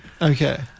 Okay